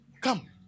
Come